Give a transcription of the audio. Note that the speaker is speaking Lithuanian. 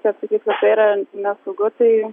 čia sakyti kad tai yra nesaugu tai